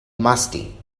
musty